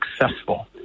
successful